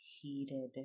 heated